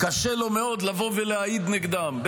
קשה לו מאוד לבוא ולהעיד נגדם,